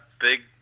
big